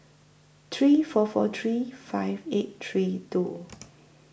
three four four three five eight three two